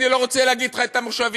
אני לא רוצה להגיד לך אילו מושבים,